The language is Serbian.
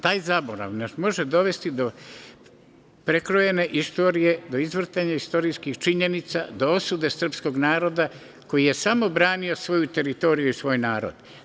Taj zaborav nas može dovesti do prekrojene istorije, do izvrtanja istorijskih činjenica, do osude srpskog naroda koji je samo branio svoju teritoriju i svoj narod.